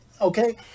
okay